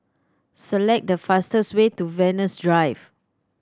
select the fastest way to Venus Drive